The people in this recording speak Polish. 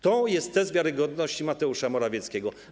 To jest test wiarygodności Mateusza Morawieckiego.